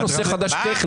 לכן זה נושא חדש.